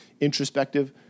introspective